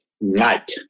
night